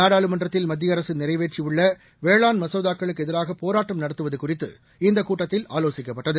நாடாளுமன்றத்தில் மத்திய அரசு நிறைவேற்றியுள்ள வேளான் மசோதாக்களுக்கு எதிராக போராட்டம் நடத்துவது குறித்து இந்தக் கூட்டத்தில் ஆலோசிக்கப்பட்டது